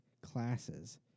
classes